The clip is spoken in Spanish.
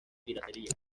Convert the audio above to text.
piratería